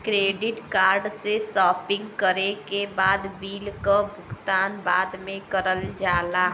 credit card से shopping करे के बाद बिल क भुगतान बाद में करल जाला